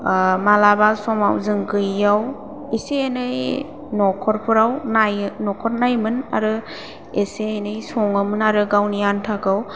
मालाबा समाव जों गैयैयाव एसे एनै नखरफोराव नायो नखर नायोमोन आरो एसे एनै सङोमोन आरो गावनि आनथाखौ